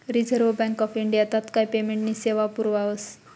reserve bank of India तात्काय पेमेंटनी सेवा पुरावस